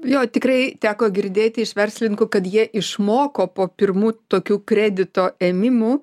jo tikrai teko girdėti iš verslininkų kad jie išmoko po pirmų tokių kredito ėmimų